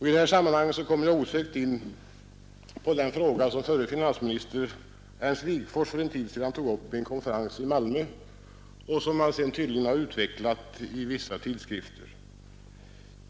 I det här sammanhanget kommer jag osökt in på den fråga som förre finansministern Ernst Wigforss för en tid sedan tog upp på en konferens i Malmö och som han senare utvecklat i vissa tidskrifter.